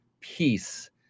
peace